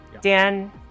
Dan